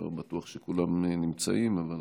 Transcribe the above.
לא בטוח שכולם נמצאים, אבל